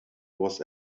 was